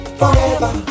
forever